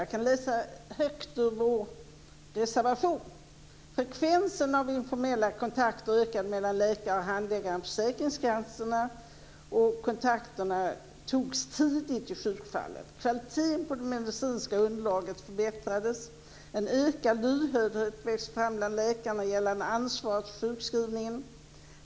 Jag kan läsa högt ur vår reservation: Frekvensen av informella kontakter ökade mellan läkaren och handläggaren på försäkringskassorna. Kontakterna togs tidigt i sjukfallet. Kvaliteten på det medicinska underlaget förbättrades. En ökad lyhördhet växte fram bland läkarna gällande ansvaret för sjukskrivningen.